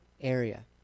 area